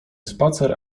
spacer